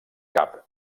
cap